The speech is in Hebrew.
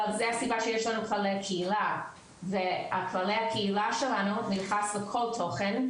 אבל זו הסיבה שיש לנו 'כללי קהילה' ו'כללי הקהילה' שלנו נכנס לכל תוכן,